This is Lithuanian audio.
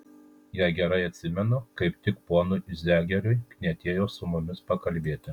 jei gerai atsimenu kaip tik ponui zegeriui knietėjo su mumis pakalbėti